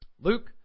Luke